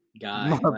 guy